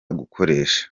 gukoresha